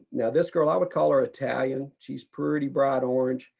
now this girl i would call her italian she's pretty bright orange,